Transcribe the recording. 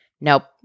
nope